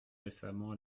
récemment